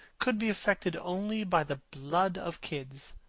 could be affected only by the blood of kids.